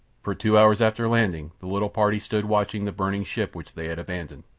for two hours after landing the little party stood watching the burning ship which they had abandoned.